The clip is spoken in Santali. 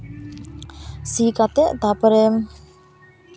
ᱥᱤ ᱠᱟᱛᱮᱫ ᱛᱟᱨᱯᱚᱨᱮ